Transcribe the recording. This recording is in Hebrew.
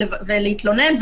להתלונן,